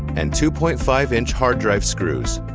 and two point five inch hard drive screws.